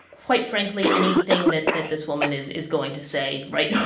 quite frankly, anything that that this woman is is going to say right?